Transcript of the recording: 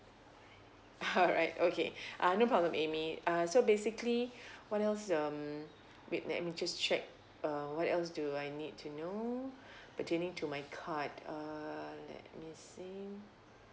alright okay ah no problem amy uh so basically what else um wait let me just check uh what else do I need to know pertaining to my card ah let me see